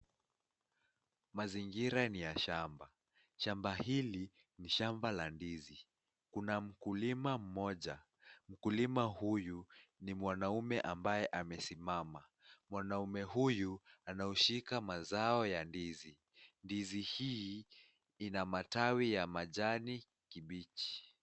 Mazingira ni ya shamba, shamba hili ni shamba la ndizi, kuna mkulima mmoja, mkulima huyu ni mwanaume ambaye amesimama. Mwanaume huyu anaushika mazao ya ndizi, ndizi hii ina matawi ya majani kibichi.